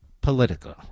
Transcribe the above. political